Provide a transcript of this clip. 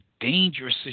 dangerous